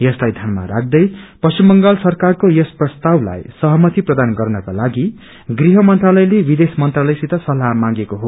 यसलाईध्यानमा राख्दै पश्चिम बंगाल सरकारको यस प्रस्तावलाई सहमति प्रदान गर्नको लागि गृह मंत्रालयले विदेश मंत्रालयसित सल्लाह मांगेको हो